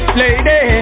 lady